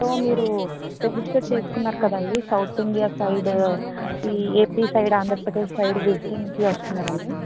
so మీరు register చేసుకున్నారు కదండీ south India side AP side Andhra Pradesh side విజిటింగ్కి వస్తున్నానని